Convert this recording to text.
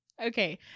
Okay